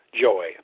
joy